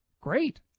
Great